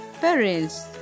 Parents